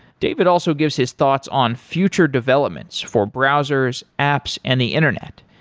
david also gives his thoughts on future developments for browsers, apps and the internet.